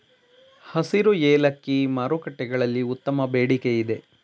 ಹಸಿರು ಏಲಕ್ಕಿ ಮಾರುಕಟ್ಟೆಗಳಲ್ಲಿ ಉತ್ತಮ ಬೇಡಿಕೆಯಿದೆ